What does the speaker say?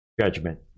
judgment